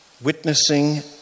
witnessing